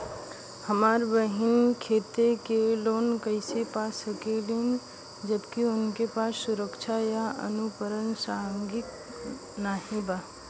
हमार बहिन खेती के लोन कईसे पा सकेली जबकि उनके पास सुरक्षा या अनुपरसांगिक नाई बा?